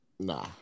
Nah